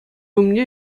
умне